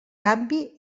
canvi